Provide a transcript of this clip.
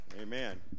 amen